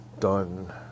done